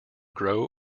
grow